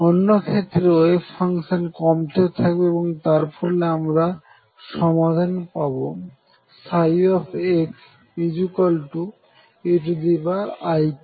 অন্য ক্ষেত্রে wave function কমতে থাকবে এবং তার ফলে আমরা সমাধান পাবো xeikx